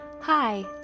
Hi